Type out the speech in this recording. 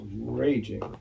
raging